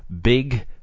big